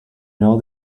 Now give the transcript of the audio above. know